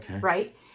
right